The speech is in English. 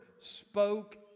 spoke